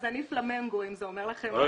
אז אני פלמנגו, אם זה אומר לכם משהו.